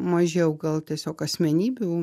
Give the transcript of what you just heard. mažiau gal tiesiog asmenybių